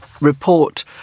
report